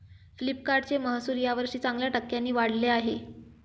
फ्लिपकार्टचे महसुल यावर्षी चांगल्या टक्क्यांनी वाढले आहे